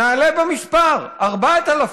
נעלה במספר, 4000,